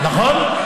נכון.